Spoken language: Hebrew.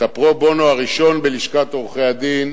את הפרו-בונו הראשון בלשכת עורכי-הדין